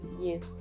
yes